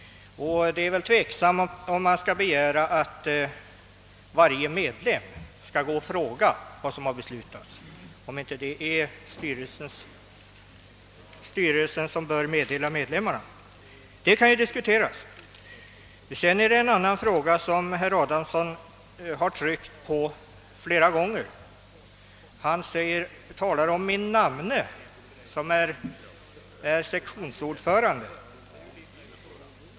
Det är väl tveksamt om man skall begära att varje medlem skall gå och fråga vad som har beslutats. är det inte snarare styrelsen som bör lämna medlemmarna upplysning härom? Den saken kan diskuteras. Herr Adamsson har gång på gång talat om min namne som är sektionsordförande.